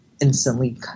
instantly